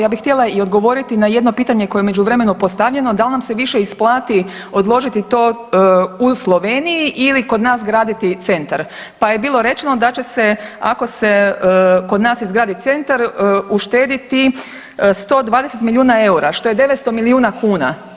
Ja bih htjela i odgovoriti na jedno pitanje koje u međuvremenu postavljeno da li nam se više isplati odložiti to u Sloveniji ili kod nas graditi centar, pa je bilo rečeno da će se ako se kod nas izgradi centar uštediti 120 milijuna eura što je 900 milijuna kuna.